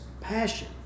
passion